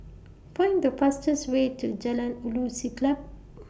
Find The fastest Way to Jalan Ulu Siglap